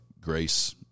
grace